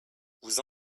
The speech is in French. vous